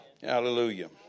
Hallelujah